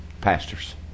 pastors